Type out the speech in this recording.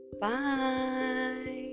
Bye